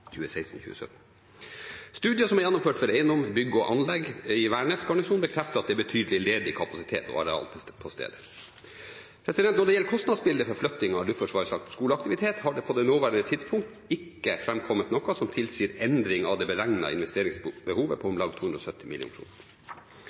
Studier som er gjennomført av eiendom, bygg og anlegg i Værnes-garnisonen, bekrefter at det er betydelig ledig kapasitet og areal på stedet. Når det gjelder kostnadsbildet for flytting av Luftforsvarets skoleaktivitet, har det på det nåværende tidspunkt ikke framkommet noe som tilsier endring av det beregnede investeringsbehovet på